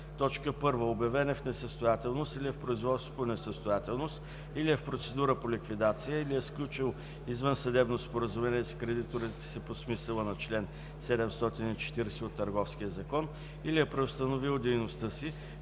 1. обявен е в несъстоятелност или е в производство по несъстоятелност, или е в процедура по ликвидация, или е сключил извънсъдебно споразумение с кредиторите си по смисъла на чл. 740 от Търговския закон, или е преустановил дейността си,